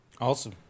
Awesome